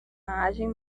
imagem